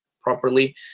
properly